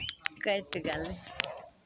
कटि गेलै